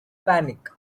panic